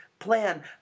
plan